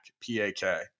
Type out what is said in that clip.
P-A-K